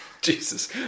Jesus